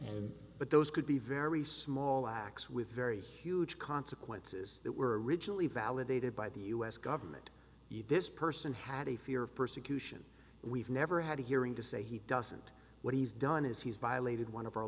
and but those could be very small acts with very huge consequences that were originally validated by the us government the this person had a fear of persecution we've never had a hearing to say he doesn't what he's done is he's violated one of our